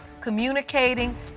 communicating